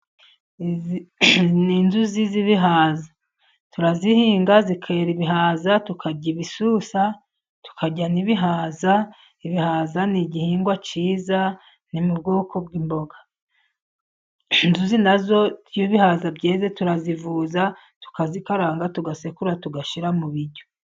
Izi ni inzuzi z'ibihaza. Turazihinga zikera ibihaza, tukarya ibisusa, tukarya n'ibihaza, ibihaza ni igihingwa cyiza, ni mu bwoko bw'imboga. Inzuzi na zo iyo ibihaza byeze turazivuza, tukazikaranga, tugasekura, tugashyira mu biryo.